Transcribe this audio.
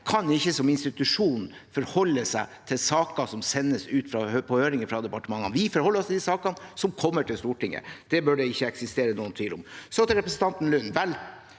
kan ikke som institusjon forholde seg til saker som sendes ut på høring fra departementene. Vi forholder oss til de sakene som kommer til Stortinget. Det bør det ikke eksistere noen tvil om.